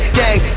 gang